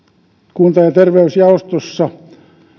kunta ja terveysjaostossa